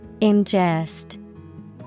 Ingest